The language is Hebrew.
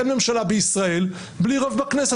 אין ממשלה בישראל בלי רוב בכנסת.